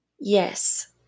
Yes